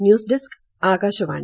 news desk Akashvani